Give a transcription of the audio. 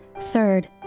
Third